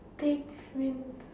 things means